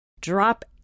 drop